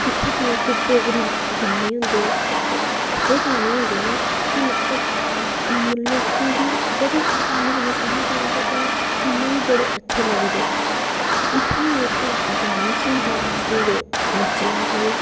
इत्थें दे जेह्के डोगरी गाने होंदे ऐसे गाने होंदे न कि मतलब लोकें गी बड़ी असानी कन्नै समझ आई जंदा कन्नै सुनने बी बड़े अच्छे लगदे इत्थां इक्क डांस होंदा जिसी तुस नच्चना आखदे